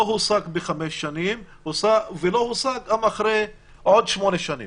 לא הושג בחמש שנים ולא הושג גם אחרי עוד שמונה שנים.